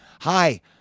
Hi